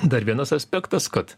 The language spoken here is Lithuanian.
dar vienas aspektas kad